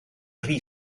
rhy